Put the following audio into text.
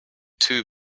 two